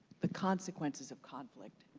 the consequences of conflict.